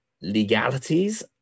legalities